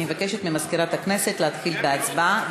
אני מבקשת ממזכירת הכנסת להתחיל בהצבעה,